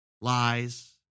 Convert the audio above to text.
Lies